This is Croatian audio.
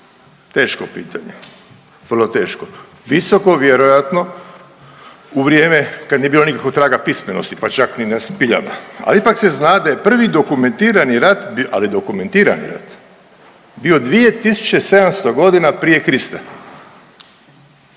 teško pitanje, vrlo teško, visoko vjerojatno u vrijeme kad nije bilo nikakvog traga pismenosti, pa čak ni na spiljama, ali ipak se zna da je prvi dokumentirani rat, ali dokumentirani rat, bio 2700.g. prije Krista,